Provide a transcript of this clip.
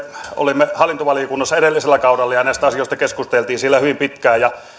olimme hallintovaliokunnassa edellisellä kaudella ja näistä asioista keskusteltiin siellä hyvin pitkään